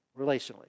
relationally